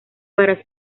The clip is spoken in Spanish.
para